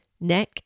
neck